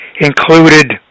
included